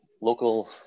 local